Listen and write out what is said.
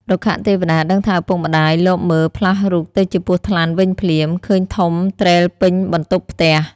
រុក្ខទេវតាដឹងថាឪពុកម្ដាយលបមើលផ្លាស់រូបទៅជាពស់ថ្លាន់វិញភ្លាម ឃើញធំទ្រេលពេញបន្ទប់ផ្ទះ ។